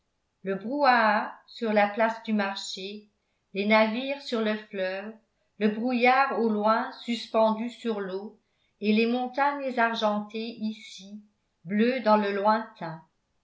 sur la place du marché les navires sur le fleuve le brouillard au loin suspendu sur l'eau et les montagnes argentées ici bleues dans le